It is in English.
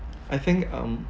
I think um